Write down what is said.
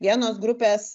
vienos grupės